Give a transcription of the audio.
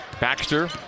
Baxter